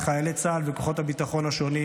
את חיילי צה"ל וכוחות הביטחון השונים,